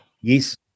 Yes